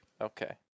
Okay